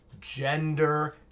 gender